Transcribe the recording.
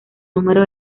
número